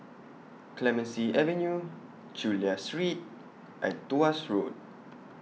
Clemenceau Avenue Chulia Street and Tuas Road